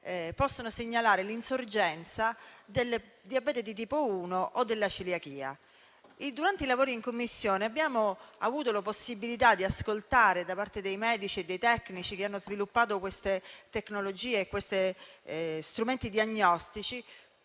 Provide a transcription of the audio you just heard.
possono segnalare l'insorgenza del diabete di tipo 1 o della celiachia. Durante i lavori in Commissione abbiamo avuto la possibilità di ascoltare i medici e i tecnici che hanno sviluppato tecnologie e strumenti diagnostici